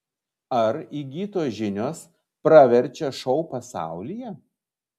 ar įgytos žinios praverčia šou pasaulyje